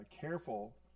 careful